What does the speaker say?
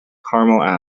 caramel